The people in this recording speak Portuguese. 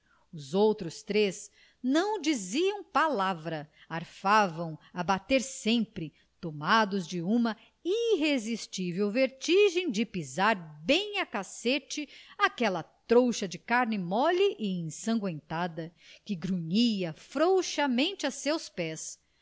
os outros três não diziam palavra arfavam a bater sempre tomados de uma irresistível vertigem de pisar bem a cacete aquela trouxa de carne mole e ensangüentada que grunhia frouxamente a seus pés